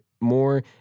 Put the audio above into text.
more